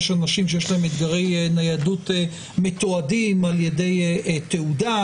יש אנשים שיש להם אתגרי ניידות שמתועדים על-ידי תעודה,